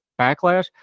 backlash